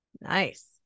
Nice